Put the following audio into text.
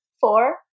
four